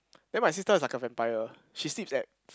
then my sister is like a vampire she sleeps at